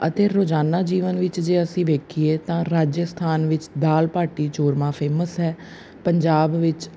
ਅਤੇ ਰੋਜ਼ਾਨਾ ਜੀਵਨ ਵਿੱਚ ਜੇ ਅਸੀਂ ਵੇਖੀਏ ਤਾਂ ਰਾਜਸਥਾਨ ਵਿੱਚ ਦਾਲ ਬਾਟੀ ਚੂਰਮਾ ਫੇਮਸ ਹੈ ਪੰਜਾਬ ਵਿੱਚ